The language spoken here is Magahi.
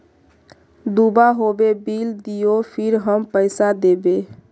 दूबा होबे बिल दियो फिर हम पैसा देबे?